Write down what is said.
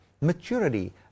maturity